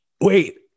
wait